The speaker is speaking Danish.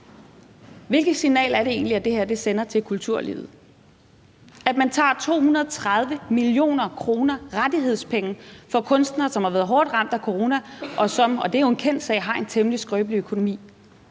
Hvilket signal er det egentlig, det her sender til kulturlivet, altså at man tager rettighedspenge for 230 mio. kr. fra kunstnere, som har været hårdt ramt af corona, og som – det er jo en kendt sag – har en temmelig skrøbelig økonomi?